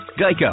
Geico